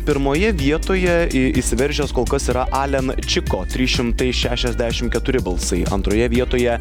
pirmoje vietoje į išsiveržęs kol kas yra alen čiko trys šimtai šešiasdešimt keturi balsai antroje vietoje